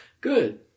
Good